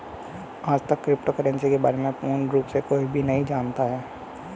आजतक crypto currency के बारे में पूर्ण रूप से कोई भी नहीं जानता है